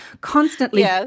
constantly